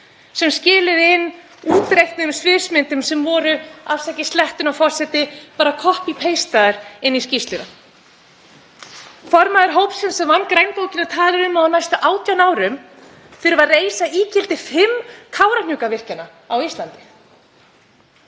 sem skiluðu inn útreiknuðum sviðsmyndum sem voru, afsakið slettuna, forseti, bara copypeistaðar inn í skýrsluna. Formaður hópsins sem vann grænbókina talar um að á næstu 18 árum þurfi að reisa ígildi fimm Kárahnjúkavirkjana á Íslandi.